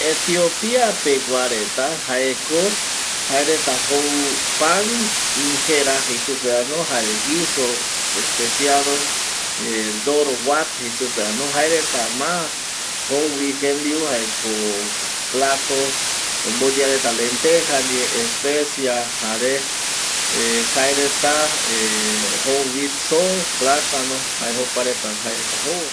Etiopegua reta jaeko jaereta jou pan ingera jei supevano jare jare guiso especiado dorguad jei supevano jaereta ma jouvi jembiu jaeko plato omboyea reta lenteja ndie, especia jare jaereta jouvi soo, platano jae jokua jaereta jou